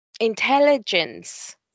intelligence